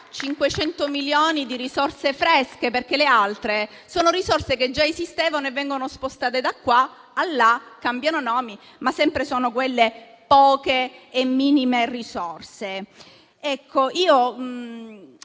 500 milioni di risorse fresche, perché le altre già esistevano e vengono spostate da qua a là, cambiano nome, ma sempre sono quelle, poche e minime. L'avrei